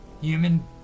human